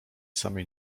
samej